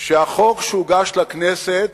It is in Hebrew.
שהחוק שהוגש לכנסת